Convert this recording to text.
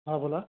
हां बोला